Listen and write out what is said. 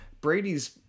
Brady's